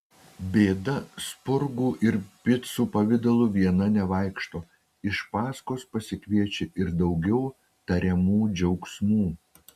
bėda spurgų ir picų pavidalu viena nevaikšto iš paskos pasikviečia ir daugiau tariamų džiaugsmų